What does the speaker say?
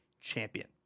champion